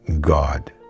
God